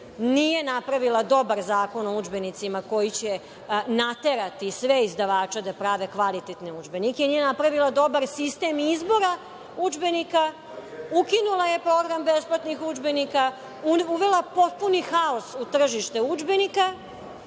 nije napravila dobar Zakon o udžbenicima koji će naterati sve izdavače da prave kvalitetne udžbenike, nije napravila dobar sistem izbora udžbenika, ukinula je program besplatnih udžbenika, uvela potpuni haos u tržište udžbenika